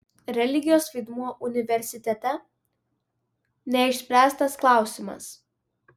religijos vaidmuo universitete neišspręstas klausimas